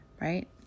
right